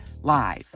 live